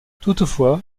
toutefois